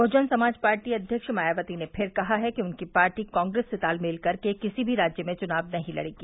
Bahujan Samaj party अध्यक्ष मायावती ने फिर कहा है कि उनकी पार्टी कांग्रेस से तालमेल कर के किसी भी राज्य में चुनाव नहीं लड़ेगी